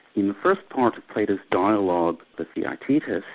in the first part of plato's dialogue the theaetetus,